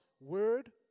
Word